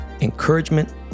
encouragement